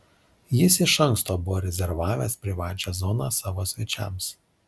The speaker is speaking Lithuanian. jis iš anksto buvo rezervavęs privačią zoną savo svečiams